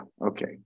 okay